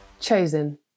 Chosen